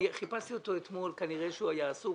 חיפשתי אותו אתמול, כנראה שהוא היה עסוק.